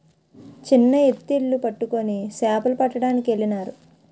చిన్న ఎత్తిళ్లు పట్టుకొని సేపలు పట్టడానికెళ్ళినారు